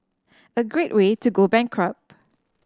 a great way to go bankrupt